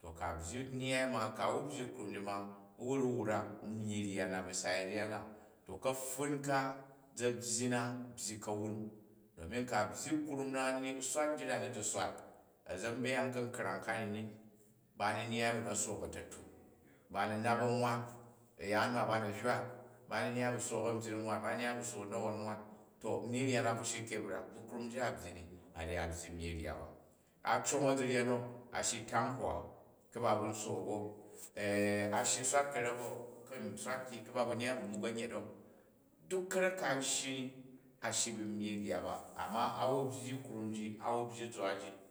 to ku̱ a byyi nnyyai ma ku̱ a wu byyi krum ji ma, u̱ wu ru̱ wrak myyi rya, na ba saivya na to kapfun ka za̱ byyi na byyi ka̱wun domin ku a byyi krum na nini, u swat njit a ni, zi swat a̱za̱ byang ka̱nkrang kamini, ba ni nyyai a̱ nbu na̱ sook a̱ta̱tuk, bani nat ba nwan, a̱ya̱an ma ba na̱ hywat, ba ni nijjai a̱ bu sook a̱mbying nwam, ba ni nyyai a bu sook nawon nwam, to nyyi rya na bvu shyi ke brak duk krum ji a byyi ni a̱ nji a̱ byyi myiji rya ba. A cong a̱zinjen o, a shyi n tang hwa, ku ba bu n sook o. A shyi u swat ka̱rek o ku̱ n swak ki ku ba bu nyya a muk a̱nyet o. Duk ka̱rek ka an shyi ni, a shyi bu nyyi rya ba, amma a wu byyi krum ji a wu byyi zwa ji.